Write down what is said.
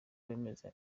bemeza